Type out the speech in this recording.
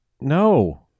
no